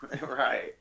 Right